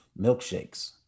milkshakes